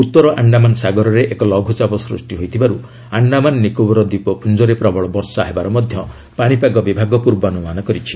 ଉତ୍ତର ଆଣ୍ଡାମାନ୍ ସାଗରରେ ଏକ ଲଘୁଚାପ ସୃଷ୍ଟି ହୋଇଥିବାରୁ ଆଣ୍ଡାମାନ୍ ନିକୋବର୍ ଦ୍ୱୀପପୁଞ୍ଜରେ ପ୍ରବଳ ବର୍ଷା ହେବାର ମଧ୍ୟ ପାଣିପାଗ ବିଭାଗ ପ୍ରର୍ବାନୁମାନ କରିଛି